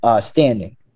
standing